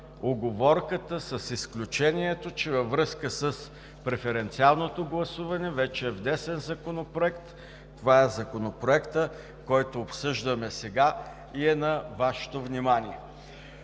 уговорката, с изключението, че във връзка с преференциалното гласуване вече е внесен Законопроект. Това е Законопроектът, който обсъждаме сега и е на Вашето внимание.